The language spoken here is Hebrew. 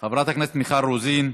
חברת הכנסת מיכל רוזין,